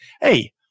Hey